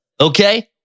okay